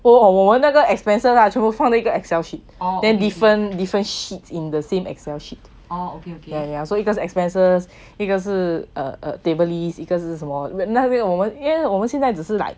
我我我那个 expensive lah 全部放在一个 Excel sheet then different different sheets in the same Excel sheet yeah yeah so 一个是 expenses 一个是 err table list 一个是什么因为我们因为我们现在只是来